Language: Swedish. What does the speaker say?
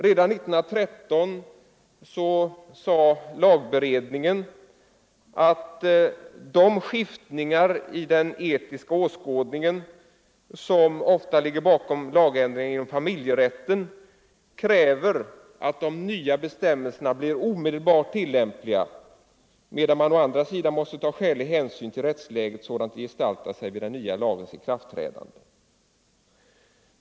Redan 1913 sade lagberedningen att de skiftningar i den etiska åskådningen som ofta ligger bakom lagändringar inom familjerätten kräver att de nya bestämmelserna blir omedelbert tillämpliga, medan man å andra sidan måste ta skälig hänsyn till rättsläget sådant det gestaltar sig vid den nya lagens ikraftträdande.